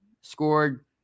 scored